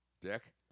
dick